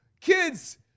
kids